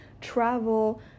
travel